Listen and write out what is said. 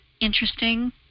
interesting